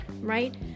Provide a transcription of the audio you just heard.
right